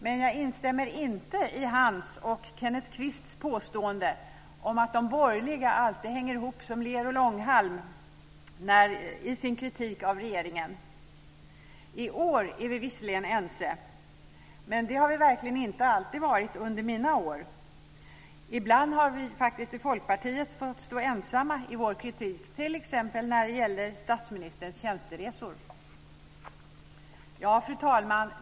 Men jag instämmer inte i hans och Kenneth Kvists påstående att de borgerliga alltid hänger ihop som ler och långhalm i sin kritik av regeringen. I år är vi visserligen ense, men det har vi verkligen inte alltid varit under mina år här. Ibland har faktiskt vi i Folkpartiet fått stå ensamma i vår kritik. Det gäller t.ex. statsministerns tjänsteresor. Fru talman!